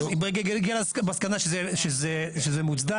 כן, והיא הגיעה למסקנה שזה מוצדק.